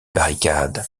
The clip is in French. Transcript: barricade